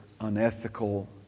unethical